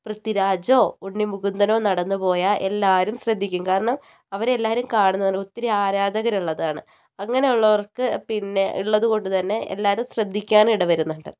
പ്രിത്വിരാജോ ഉണ്ണി മുകുന്ദനോ നടന്ന് പോയാൽ എല്ലാവരും ശ്രദ്ധിക്കും കാരണം അവരെയെല്ലാവരും കാണുന്നതാണ് ഒത്തിരി ആരാധകരുള്ളതാണ് അങ്ങനെ ഉള്ളവർക്ക് പിന്നെ ഉള്ളതുകൊണ്ടുത്തന്നെ എല്ലാവരും ശ്രദ്ധിക്കാൻ ഇടവരുന്നുണ്ട്